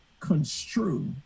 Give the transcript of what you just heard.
Construe